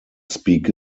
speak